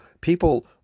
people